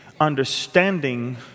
understanding